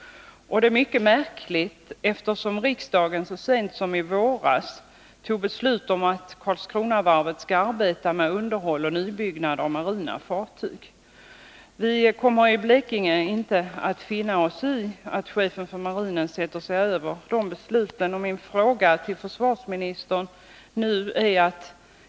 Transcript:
Det är mycket märkligt, eftersom riksdagen så sent som i våras fattade beslut om att Karlskronavarvet skall arbeta med underhåll och nybyggnader av marina fartyg. Vi kommer i Blekinge inte att finna oss i att chefen för marinen sätter sig över det beslutet.